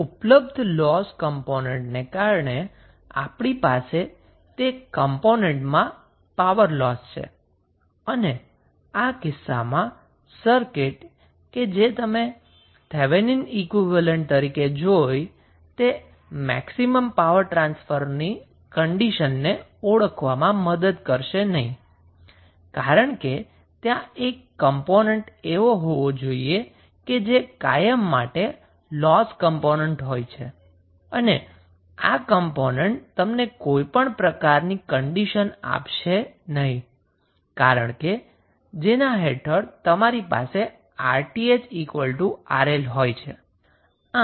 આમ ઉપલબ્ધ લોસ કમ્પોનન્ટને કારણે આપણી પાસે તે કમ્પોનન્ટમાં પાવર લોસ છે અને આ કિસ્સામાં સર્કિટ કે જે તમે થેવેનિન ઈક્વીવેલેન્ટ તરીકે જોઇ તે મેક્સિમમ પાવર ટ્રાન્સફરની કંડિશન ને ઓળખવામાં મદદ કરશે નહી કારણ કે ત્યા એક કમ્પોનન્ટ એવો હોવો જોઈએ કે જે કાયમ માટે લોસ કમ્પોનન્ટ હોય છે અને આ કમ્પોનન્ટ તમને કોઈપણ પ્રકારની કંડિશન આપશે નહી કે જેના હેઠળ તમારી પાસે 𝑅𝑇ℎ𝑅𝐿 હોય